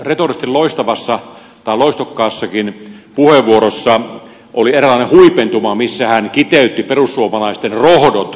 puheenjohtaja soinin retorisesti loistokkaassakin puheenvuorossa oli eräänlainen huipentuma missä hän kiteytti perussuomalaisten rohdot kolmeen kohtaan